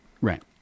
right